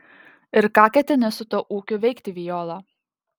ir ką ketini su tuo ūkiu veikti viola